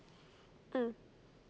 mm